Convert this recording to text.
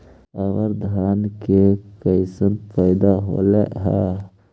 अबर धान के कैसन पैदा होल हा?